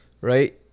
right